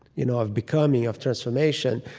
you know of becoming, of transformation,